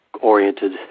oriented